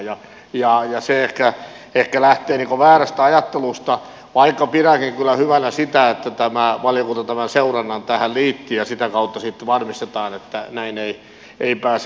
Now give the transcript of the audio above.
se ehkä lähtee niin kuin väärästä ajattelusta vaikka pidänkin kyllä hyvänä sitä että valiokunta tämän seurannan tähän liitti ja sitä kautta sitten varmistetaan että näin ei pääse käymään